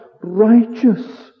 righteous